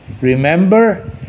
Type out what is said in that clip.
Remember